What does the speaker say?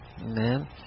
Amen